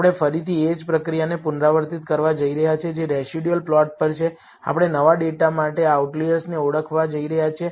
આપણે ફરીથી એ જ પ્રક્રિયાને પુનરાવર્તિત કરવા જઈ રહ્યા છીએ જે રેસિડયુઅલ પ્લોટ પર છે આપણે નવા ડેટા માટે આઉટલિઅર્સને ઓળખવા જઈ રહ્યા છીએ